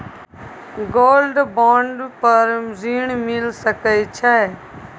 Gold bond पर ऋण मिल सके छै?